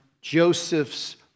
Joseph's